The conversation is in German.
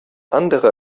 andere